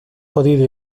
podido